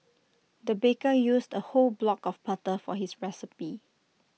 the baker used A whole block of butter for his recipe